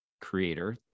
creator